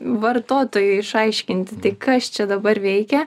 vartotojui išaiškinti tai kas čia dabar veikia